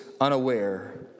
unaware